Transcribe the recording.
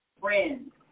friends